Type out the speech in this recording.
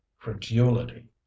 credulity